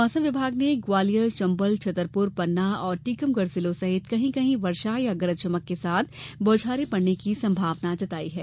मौसम विभाग ने ग्वालियर चम्बल छतरपुर पन्ना और टीकमगढ़ जिलों में कहीं कहीं वर्षा या गरज चमक के साथ बौछारें पड़ने की संभावना जताई है